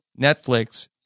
Netflix